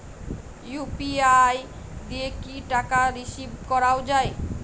UPI দিয়ে কি টাকা রিসিভ করাও য়ায়?